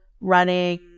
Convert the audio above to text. running